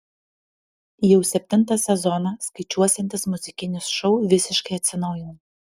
jau septintą sezoną skaičiuosiantis muzikinis šou visiškai atsinaujina